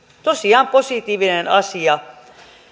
tosiaan positiivinen asia